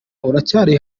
uracyari